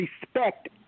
respect